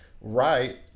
right